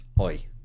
oi